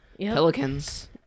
Pelicans